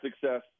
success